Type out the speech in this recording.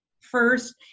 first